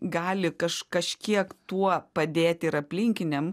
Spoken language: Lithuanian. gali kaž kažkiek tuo padėti ir aplinkiniam